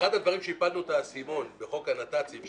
שבו איבדנו את האסימון בחוק הנת"צים,